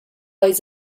eis